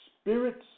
spirits